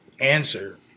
answer